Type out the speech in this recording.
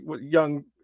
young